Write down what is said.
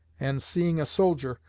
and, seeing a soldier,